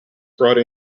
brought